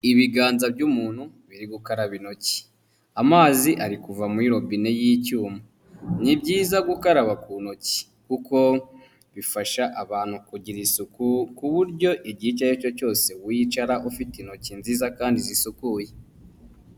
Ibiganza by'umuntu biri gukaraba intoki, amazi ari kuva muri robine y'icyuma, ni byiza gukaraba ku ntoki kuko bifasha abantu kugira isuku ku buryo igihe icyo ari cyo cyose wicara ufite intoki nziza kandi zisukuye.